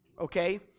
okay